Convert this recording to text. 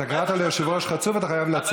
אתה קראת ליושב-ראש "חצוף", אתה חייב לצאת.